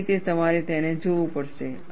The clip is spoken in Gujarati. તે રીતે તમારે તેને જોવું પડશે